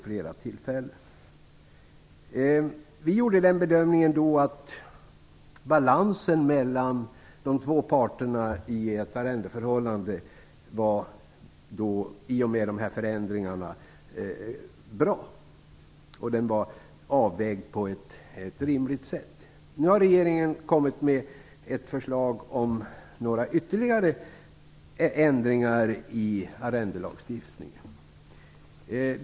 I och med dessa förändringar gjorde vi den bedömningen att balansen mellan de två parterna i ett arrendeförhållande var bra. Avvägningen var gjord på ett rimligt sätt. Nu har regeringen kommit med ett förslag om ytterligare några ändringar i arrendelagstiftningen.